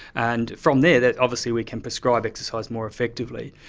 and from there there obviously we can prescribe exercise more effectively.